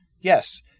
Yes